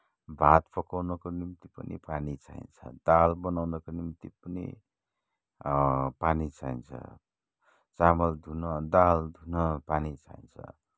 भात पकाउनको निम्ति पनि पानी चाहिन्छ दाल बनाउनको निम्ति पनि पानी चाहिन्छ चामल धुन दाल धुन पानी चाहिन्छ